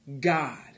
God